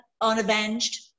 unavenged